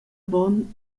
avon